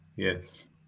Yes